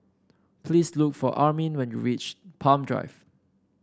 please look for Amin when you reach Palm Drive